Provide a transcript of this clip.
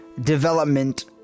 development